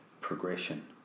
progression